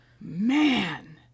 man